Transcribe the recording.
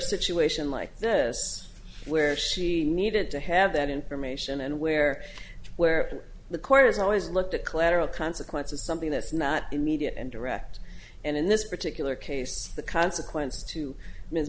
situation like this where she needed to have that information and where where the court has always looked at collateral consequences something that's not immediate and direct and in this particular case the consequences to m